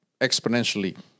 exponentially